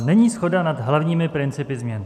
Není shoda nad hlavními principy změn.